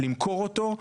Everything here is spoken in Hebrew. למכור אותו.